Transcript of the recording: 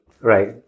Right